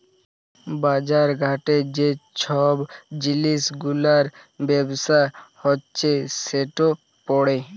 বাজার ঘাটে যে ছব জিলিস গুলার ব্যবসা হছে সেট পড়ে